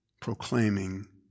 proclaiming